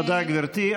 תודה, גברתי.